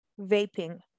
vaping